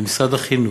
במשרד החינוך,